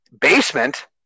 basement